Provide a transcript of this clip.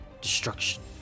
Destruction